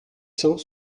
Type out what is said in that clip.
cent